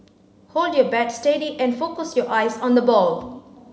hold your bat steady and focus your eyes on the ball